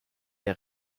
der